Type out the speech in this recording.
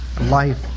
life